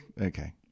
okay